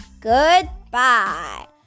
Goodbye